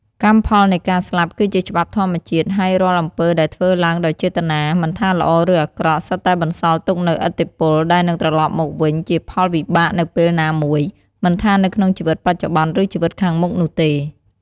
កម្មផលនៃការស្លាប់ គឺជាច្បាប់ធម្មជាតិ ហើយរាល់អំពើដែលធ្វើឡើងដោយចេតនា មិនថាល្អឬអាក្រក់ សុទ្ធតែបន្សល់ទុកនូវឥទ្ធិពល ដែលនឹងត្រឡប់មកវិញជាផលវិបាកនៅពេលណាមួយ មិនថានៅក្នុងជីវិតបច្ចុប្បន្ន ឬជីវិតខាងមុខនោះទេ។